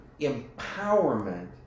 empowerment